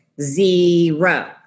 zero